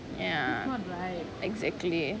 ya exactly